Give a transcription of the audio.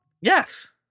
Yes